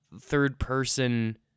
third-person